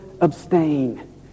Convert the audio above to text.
abstain